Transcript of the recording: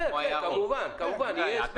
כמובן, יהיה הסבר.